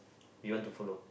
we want to follow